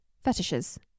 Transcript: fetishes